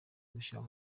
gushyira